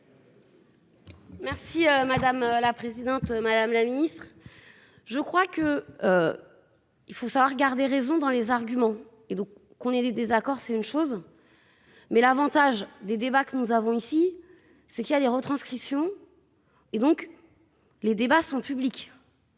Merci madame la présidente, madame la ministre. Je crois que. Il faut savoir garder raison dans les arguments et donc qu'on ait des désaccords, c'est une chose. Mais l'avantage des débats que nous avons ici c'est qu'il y a les retranscriptions. Et donc. Les débats sont publics.--